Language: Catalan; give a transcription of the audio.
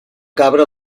cabra